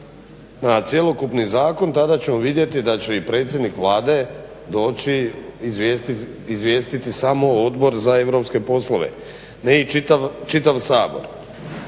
na cjelokupni zakon tada ćemo vidjeti da će i predsjednik Vlade doći izvijestiti samo Odbor za europske poslove ne i čitav Sabor.